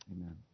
Amen